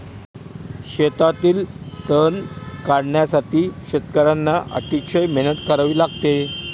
शेतातील तण काढण्यासाठी शेतकर्यांना अतिशय मेहनत करावी लागते